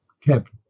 kept